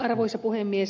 arvoisa puhemies